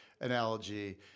analogy